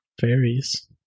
fairies